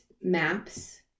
maps